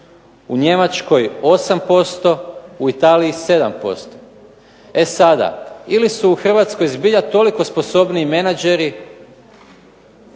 u Njemačkoj 8%, u Italiji 7%. E sada ili su u Hrvatskoj zbilja toliko sposobniji menadžeri